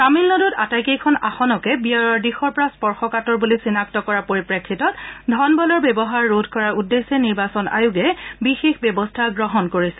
তামিলনাডুত আটাইকেইখন আসনকে ব্যয়ৰ দিশৰ পৰা স্পৰ্শকাতৰ বলি চিনাক্ত কৰাৰ পৰিপ্ৰেক্ষিতত ধনবলৰ ব্যৱহাৰ ৰোধ কৰাৰ উদ্দেশ্যে নিৰ্বাচন আয়োগে বিশেষ ব্যৱস্থা গ্ৰহণ কৰিছে